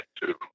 two